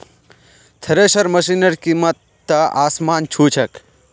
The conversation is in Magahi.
थ्रेशर मशिनेर कीमत त आसमान छू छेक